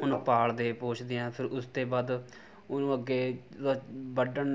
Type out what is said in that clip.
ਉਹਨੂੰ ਪਾਲਦੇ ਪੋਸ਼ਦੇ ਹਾਂ ਫਿਰ ਉਸ ਦੇ ਬਾਅਦ ਉਹਨੂੰ ਅੱਗੇ ਵੱਢਣ